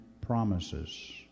promises